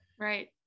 Right